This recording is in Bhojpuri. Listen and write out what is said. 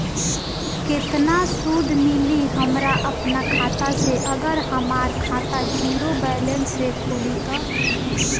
केतना सूद मिली हमरा अपना खाता से अगर हमार खाता ज़ीरो बैलेंस से खुली तब?